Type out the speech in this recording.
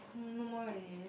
hmm no more ready